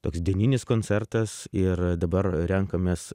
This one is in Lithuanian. toks dieninis koncertas ir dabar renkamės